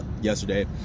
yesterday